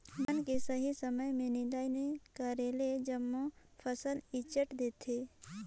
बन के सही समय में निदंई नई करेले जम्मो फसल ईचंट देथे